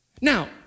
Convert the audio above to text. Now